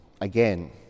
again